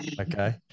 Okay